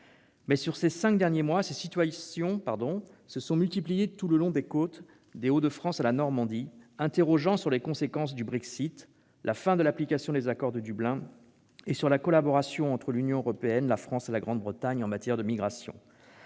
Mais, sur ces cinq derniers mois, ces situations se sont multipliées tout le long de nos côtes, des Hauts-de-France à la Normandie, interrogeant sur les conséquences du Brexit, la fin de l'application des accords de Dublin et la collaboration entre l'Union européenne, la France et la Grande-Bretagne en matière de migrations.